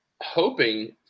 hoping